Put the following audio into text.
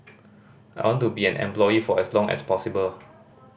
I want to be an employee for as long as possible